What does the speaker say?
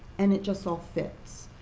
and it just all fits.